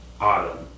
autumn